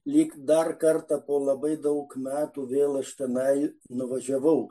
lyg dar kartą po labai daug metų vėl aš tenai nuvažiavau